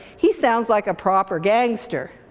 he sounds like a proper gangster,